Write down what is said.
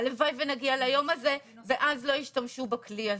הלוואי שנגיע ליום הזה ואז לא ישתמשו בכלי הזה.